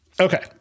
Okay